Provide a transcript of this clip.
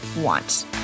want